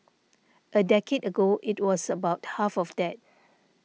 a decade ago it was about half of that